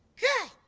good.